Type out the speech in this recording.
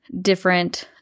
different